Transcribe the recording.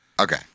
Okay